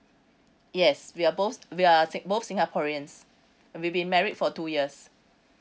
yes we are both we are sing~ both singaporeans we've been married for two years